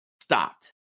stopped